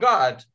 God